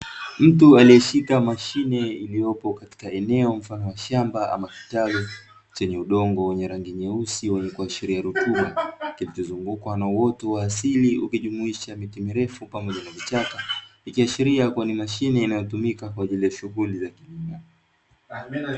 Mtu aliyeshika mashine iliyopo katika eneo mfano wa shamba ama kitalu, chenye udongo wenye rangi nyeusi wenye kuashiria rutuba, ikizungukwa na uoto wa asili ukijumuisha miti mirefu pamoja na vichaka, ikiashiria kuwa ni mashine inayotumika kwa ajili ya shughuli za kilimo.